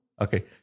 okay